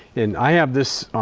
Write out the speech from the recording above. and i have this